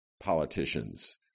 politicians